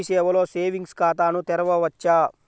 మీ సేవలో సేవింగ్స్ ఖాతాను తెరవవచ్చా?